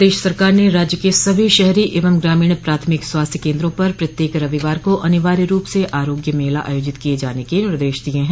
प्रदेश सरकार ने राज्य के सभी शहरी एवं ग्रामीण प्राथमिक स्वास्थ केन्द्रों पर प्रत्येक रविवार को अनिवार्य रूप से आरोग्य मेला आयोजित किये जाने के निर्देश दिये हैं